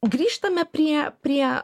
grįžtame prie prie